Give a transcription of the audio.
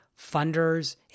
funders